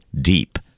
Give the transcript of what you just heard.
deep